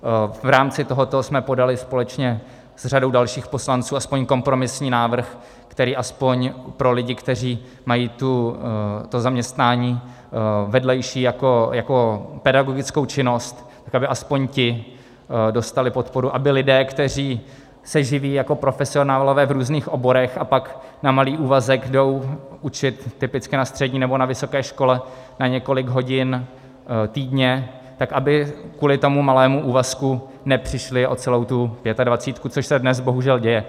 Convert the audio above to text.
V rámci tohoto jsme podali společně s řadou dalších poslanců aspoň kompromisní návrh, který aspoň pro lidi, kteří mají to zaměstnání vedlejší jako pedagogickou činnost, tak aby aspoň ti dostali podporu, aby lidé, kteří se živí jako profesionálové v různých oborech a pak jdou na malý úvazek učit, typicky na střední nebo na vysoké školy na několik hodin týdně, kvůli tomu malému úvazku nepřišli o celou Pětadvacítku, což se dnes bohužel děje.